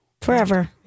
Forever